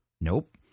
Nope